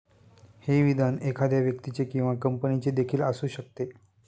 हे विधान एखाद्या व्यक्तीचे किंवा कंपनीचे देखील असू शकते